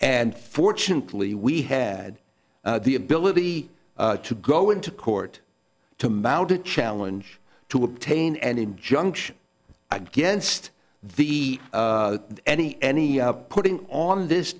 and fortunately we had the ability to go into court to mount a challenge to obtain an injunction against the any any putting on this